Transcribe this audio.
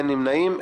אין נמנעים.